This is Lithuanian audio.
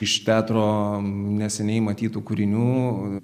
iš teatro neseniai matytų kūrinių